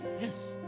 yes